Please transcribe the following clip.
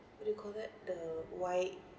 what do you call that the white